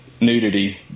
nudity